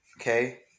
okay